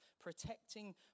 protecting